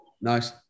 Nice